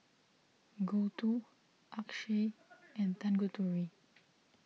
Gouthu Akshay and Tanguturi